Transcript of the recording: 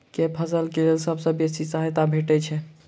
केँ फसल केँ लेल सबसँ बेसी सहायता भेटय छै?